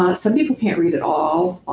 ah some people can't read at all. ah